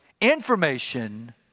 Information